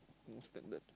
no standard